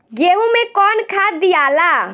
गेहूं मे कौन खाद दियाला?